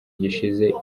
gishize